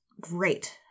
great